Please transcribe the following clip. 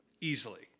Easily